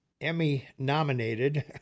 Emmy-nominated